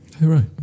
right